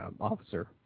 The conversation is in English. officer